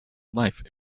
life